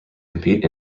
compete